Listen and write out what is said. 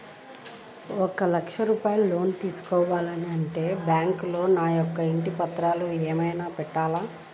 ఒక లక్ష రూపాయలు లోన్ తీసుకోవాలి అంటే బ్యాంకులో నా యొక్క ఇంటి పత్రాలు ఏమైనా పెట్టాలా?